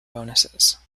bonuses